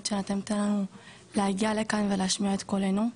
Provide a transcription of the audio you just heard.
שנתתם לנו להגיע לכאן ולהשמיע את קולנו,